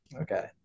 Okay